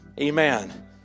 amen